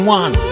one